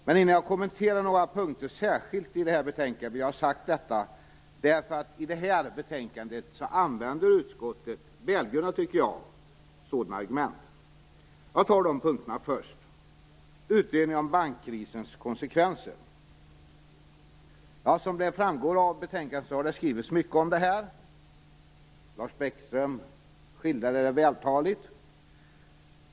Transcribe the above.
Men innan jag särskilt kommenterar några punkter i detta betänkande, vill jag ha detta sagt, eftersom utskottet i det här betänkandet använder sådana, i mitt tycke välgrundade, argument. Jag tar upp de punkterna först. Det första gäller utredning om bankkrisens konsekvenser. Som framgår av betänkandet har mycket skrivits om detta. Lars Bäckström skildrade det vältaligt.